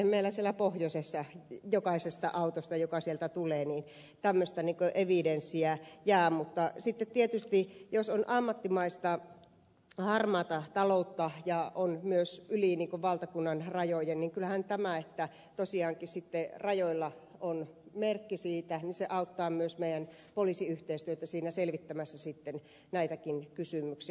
eihän meillä siellä pohjoisessa jokaisesta autosta joka sieltä tulee tämmöistä evidenssiä jää mutta sitten tietysti jos on ammattimaista harmaata taloutta ja on myös yli valtakunnan rajojen niin kyllähän tämä että tosiaankin sitten rajoilla on merkki siitä auttaa myös poliisiyhteistyötä siinä selvittämässä sitten näitäkin kysymyksiä